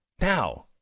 Now